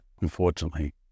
unfortunately